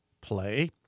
play